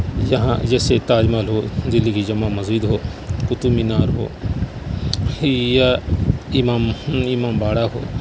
یہاں جیسے تاج محل ہو دلی کی جامع مسجد ہو قطب مینار ہو ہی یا امام امام باڑہ ہو